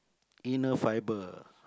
inner fiber